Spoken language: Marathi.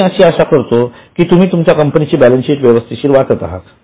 मी अशी आशा करत आहे की तुम्ही तुमच्या कंपनीची बॅलन्सशीट व्यवस्थित वाचत आहात